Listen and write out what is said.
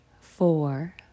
four